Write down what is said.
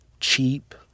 cheap